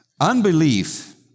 Unbelief